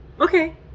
Okay